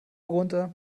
runter